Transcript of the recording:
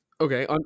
Okay